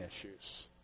issues